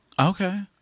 Okay